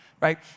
right